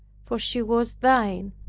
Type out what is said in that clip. for she was thine.